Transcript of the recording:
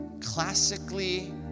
classically